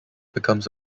becomes